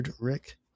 Rick